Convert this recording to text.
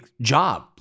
job